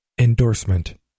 Endorsement